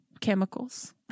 chemicals